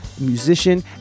musician